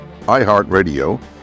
iHeartRadio